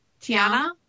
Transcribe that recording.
Tiana